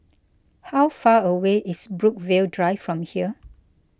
how far away is Brookvale Drive from here